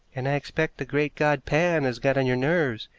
and i expect the great god pan has got on your nerves.